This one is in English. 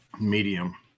Medium